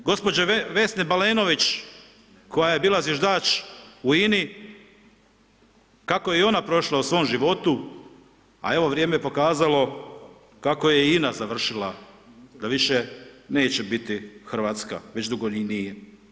Gđe. Vesne Balenović koja je bila zviždač u INA-i, kako je i ona prošla u svom životu, a evo, vrijeme je pokazalo kako je i INA završila, da više neće biti hrvatska, već dugo ni nije.